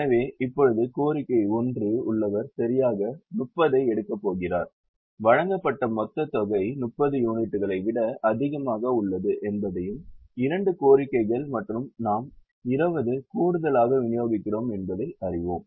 எனவே இப்போது கோரிக்கை 1 உள்ளவர் சரியாக 30 ஐ எடுக்கப் போகிறார் வழங்கப்பட்ட மொத்த தொகை 30 யூனிட்டுகளை விட அதிகமாக உள்ளது என்பதையும் 2 கோரிக்கைகள் மற்றும் நாம் 20 கூடுதலாக விநியோகிக்கிறோம் என்பதை அறிவோம்